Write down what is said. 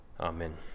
Amen